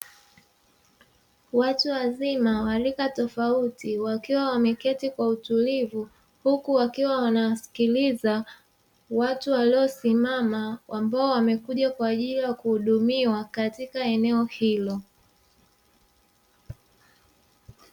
Watu wazima wa rika tofauti wakiwa wameketi kwa utulivu, huku wakiwa wanasikiliza watu waliosimama ambao wamekuja kwa ajili ya kuhudumiwa katika eneo hilo.